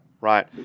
right